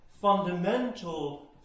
fundamental